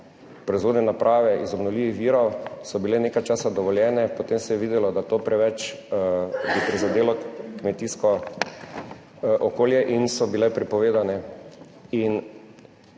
proizvodne naprave iz obnovljivih virov so bile nekaj časa dovoljene, potem se je videlo, da to preveč bi prizadelo kmetijsko okolje in so bile prepovedane.